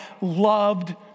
loved